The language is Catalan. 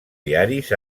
diaris